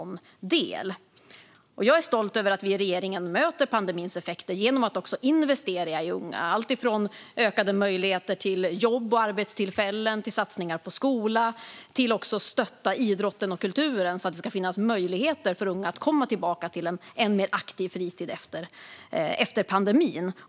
Jag är också stolt över att vi i regeringen möter pandemins effekter genom att investera i unga genom ökade möjligheter till jobb och arbetstillfällen, satsningar på skola och stöd till idrotten och kulturen så att det ska finnas möjligheter för unga att komma tillbaka till en än mer aktiv fritid efter pandemin.